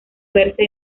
verse